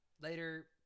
later